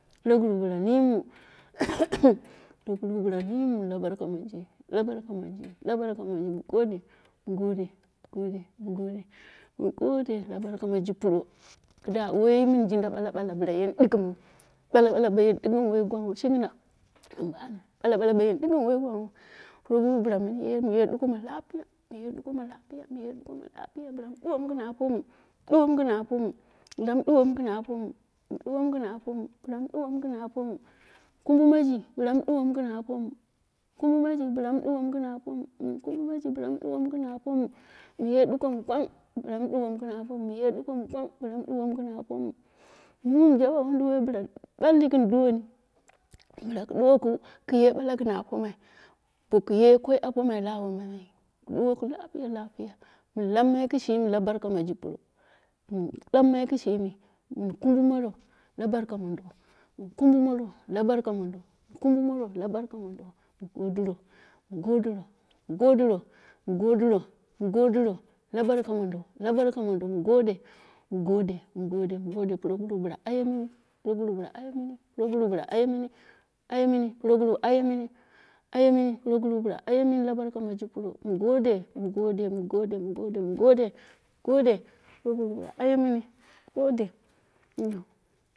Proguru bila niimmu proguru bila nimmu la barka monji, la barka munji, mu gode, mu gode mu gode, mu gode la barka miji pro, kida wai min jinda bala bala bila yeni ɗighim wu, bala boyeni dighim wai gwang wu, bala bala bo yeni muye duko ma lapiya, muye ɗuko ma lapiya, muye duko ma lapiya, bila mu duwomu gin apomu, bila mu duwomu gɨn apomu bila mu duwomu gɨn apomu, nu duwomu gɨn apomu, bila mu duwanu gɨn aponu, kumbɨ maji bila mu duwenmou gɨn apomu, kumbi maji bila mu duwomu gin apomu, mun kumbi maji bila mu duwanu gin apomu, muye duko mi gwang bila duwamu gɨn apomu, muye duko mi gwang bilamu duwanu gɨn apomu. Muni jabe wunduwa bila balmi gɨn duwani bila ku duwaku kaye bala gɨn apomai, bokuye koi apomai la awomai wu, ku duwaku lapiya lapiya, mun lammai kishimi la barka miji la puro, min lammin kishimi, mun kumbi moro la barka mondo, mun kumbe moro la barka mondo mu godiro, godiro, la barka mondo, la barka mondo, mu gode, mu gode, mu gode, proguru bila aye mini, proguru bila aye mini ayemini, proguru bila aye mini aye mini proguru bila aye mini la barka miji pro, mu gode, mu gode, mu gode, mu gode, mu gode puroguru bila ayemini, miu gode.